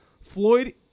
Floyd